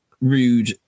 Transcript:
Rude